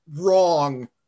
wrong